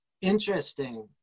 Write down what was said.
interesting